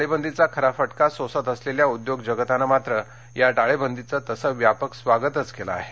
टाळेबंदीचा खरा फटका सोसत असलेल्या उद्योग जगतानं मात्र या टाळेबंदीचं तसं व्यापक स्वागतच केलं आहे